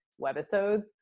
webisodes